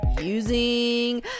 using